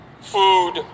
food